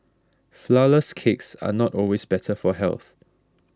Flourless Cakes are not always better for health